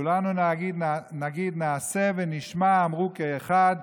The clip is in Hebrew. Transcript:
שכולנו נגיד "נעשה ונשמע אמרו כאחד"